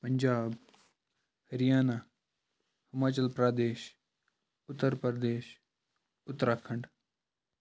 Punjab Haryana Himachal Pradesh Uttar Pradesh Uttar کَھنٛڈ